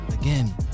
Again